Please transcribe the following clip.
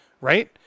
Right